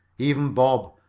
even bob,